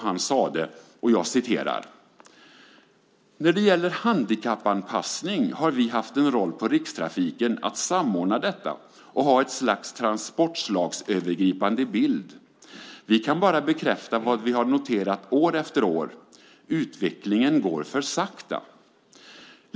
Han sade så här: "När det gäller handikappanpassning har vi haft en roll på Rikstrafiken att samordna detta och ha ett slags transportslagsövergripande bild. Vi kan bara bekräfta vad vi har noterat år efter år: Utvecklingen går för sakta.